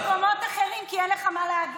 אתה בורח למקומות אחרים כי אין לך מה להגיד.